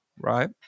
right